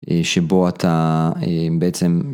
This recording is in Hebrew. שבו אתה בעצם.